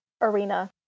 arena